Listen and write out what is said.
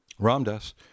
Ramdas